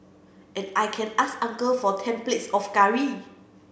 and I can ask uncle for ten plates of curry